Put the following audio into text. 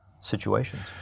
situations